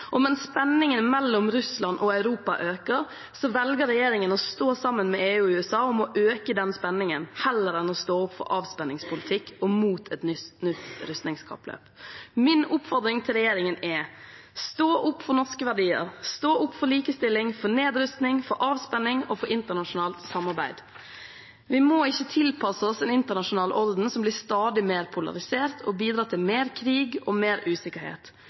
hus, men det holder ikke med godord i møte med en mann som Donald Trump. Mens krigen i Jemen blir stadig mer brutal, velger regjeringen å stemme mot et forslag om å stanse salg av våpen og forsvarsmateriell til Saudi-Arabia og dets allierte. Og mens spenningen mellom Russland og Europa øker, velger regjeringen å stå sammen med EU og USA om å øke spenningen, heller enn å stå opp for en avspenningspolitikk og mot et nytt rustningskappløp. Min oppfordring til regjeringen er: Stå opp for norske verdier. Stå opp